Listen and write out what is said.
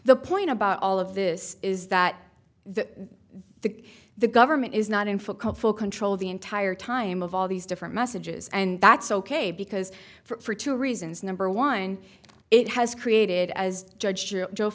the point about all of this is that the the the government is not in full come full control of the entire time of all these different messages and that's ok because for two reasons number one it has created as judge